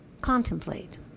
contemplate